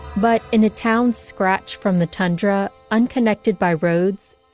but in a town scratched from the tundra, unconnected by roads,